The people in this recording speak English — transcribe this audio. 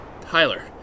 Tyler